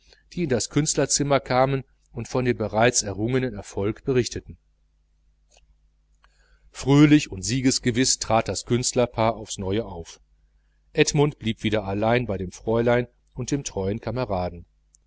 die in das künstlerzimmer eindrangen und von dem bereits errungenen erfolg berichteten fröhlich und siegesgewiß trat das künstlerpaar auf's neue auf edmund blieb wieder allein zurück bei dem fräulein und dem treuen kameraden